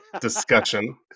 discussion